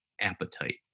appetite